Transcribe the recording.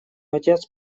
отец